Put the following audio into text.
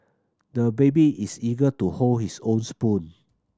the baby is eager to hold his own spoon